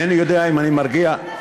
זנדברג,